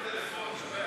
מה, עכשיו עד שיואילו חברי